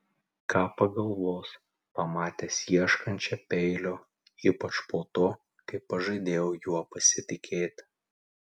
ką pagalvos pamatęs ieškančią peilio ypač po to kai pažadėjau juo pasitikėti